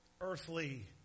earthly